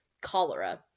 cholera